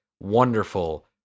wonderful